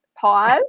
pause